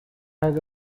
has